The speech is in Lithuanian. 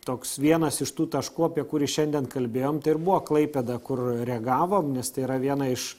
toks vienas iš tų taškų apie kurį šiandien kalbėjom tai ir buvo klaipėda kur reagavom nes tai yra viena iš